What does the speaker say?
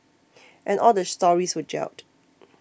and all the stories were gelled